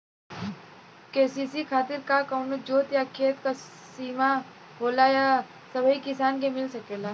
KCC खातिर का कवनो जोत या खेत क सिमा होला या सबही किसान के मिल सकेला?